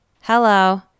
hello